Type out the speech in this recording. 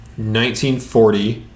1940